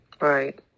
right